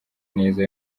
neza